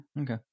Okay